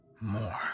more